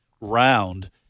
round